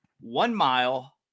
one-mile